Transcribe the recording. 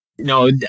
No